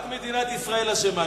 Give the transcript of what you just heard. רק מדינת ישראל אשמה.